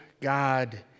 God